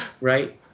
Right